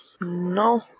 no